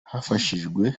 hifashishijwe